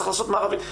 צריך לעשות מארבים.